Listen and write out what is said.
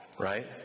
right